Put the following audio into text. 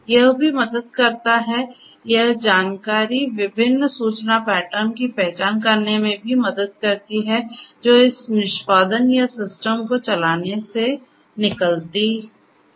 यह भी मदद करता है यह जानकारी विभिन्न सूचना पैटर्न की पहचान करने में भी मदद करती है जो इस निष्पादन या सिस्टम के चलने से निकलती हैं